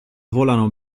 volano